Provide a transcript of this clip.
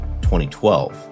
2012